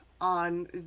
on